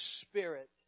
spirit